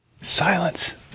silence